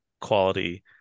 quality